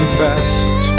fast